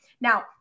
Now